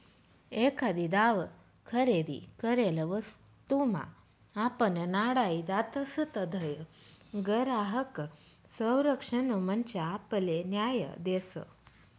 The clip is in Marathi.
एखादी दाव खरेदी करेल वस्तूमा आपण नाडाई जातसं तधय ग्राहक संरक्षण मंच आपले न्याय देस